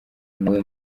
nawe